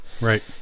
right